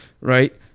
right